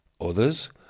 Others